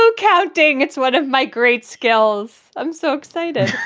so counting. it's one of my great skills. i'm so excited.